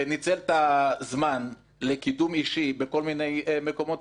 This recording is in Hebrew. את הזמן לקידום אישי בכל מיני מקומות אחרים,